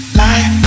life